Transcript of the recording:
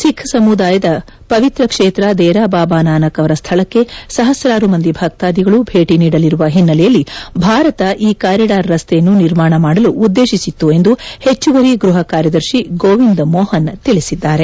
ಸಿಖ್ ಸಮುದಾಯದ ಪವಿತ್ರ ಕ್ಷೇತ್ರ ದೇರಾ ಬಾಬಾ ನಾನಕ್ ಅವರ ಸ್ಥಳಕ್ಕೆ ಸಹಸ್ರಾರು ಮಂದಿ ಭಕ್ತಾದಿಗಳು ಭೇಟಿ ನೀಡಲಿರುವ ಹಿನ್ನೆಲೆಯಲ್ಲಿ ಭಾರತ ಈ ಕಾರಿಡಾರ್ ರಸ್ತೆಯನ್ನು ನಿರ್ಮಾಣ ಮಾದಲು ಉದ್ದೇಶಿಸಿತ್ತು ಎಂದು ಹೆಚ್ಚುವರಿ ಗ್ಬಹ ಕಾರ್ಯದರ್ಶಿ ಗೋವಿಂದ್ ಮೋಹನ್ ತಿಳಿಸಿದ್ದಾರೆ